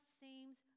seems